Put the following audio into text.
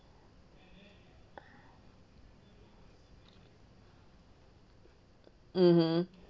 mmhmm